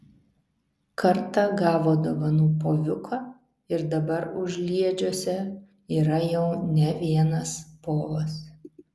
kartą gavo dovanų poviuką ir dabar užliedžiuose yra jau ne vienas povas